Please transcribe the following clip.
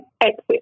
exit